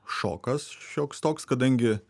šokas šioks toks kadangi